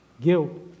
guilt